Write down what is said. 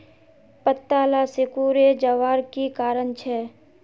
पत्ताला सिकुरे जवार की कारण छे?